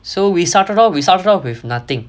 so we started out we started out with nothing